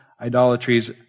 idolatries